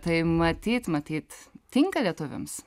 tai matyt matyt tinka lietuviams